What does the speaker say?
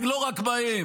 ולא רק בהם.